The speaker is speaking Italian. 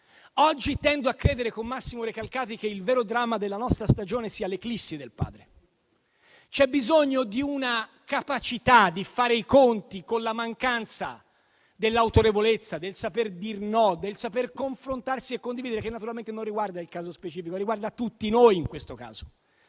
Oggi tendo a credere con Massimo Recalcati che il vero dramma della nostra stagione sia l'eclissi del padre. C'è bisogno di una capacità di fare i conti con la mancanza dell'autorevolezza, del saper dire no, del saper confrontarsi e condividere, che naturalmente non riguarda il caso specifico, ma riguarda tutti noi. L'eclissi